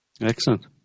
Excellent